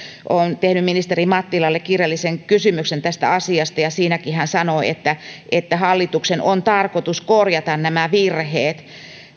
olen tehnyt ministeri mattilalle kirjallisen kysymyksen tästä asiasta ja siihenkin hän sanoi että että hallituksen on tarkoitus korjata nämä virheet